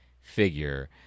figure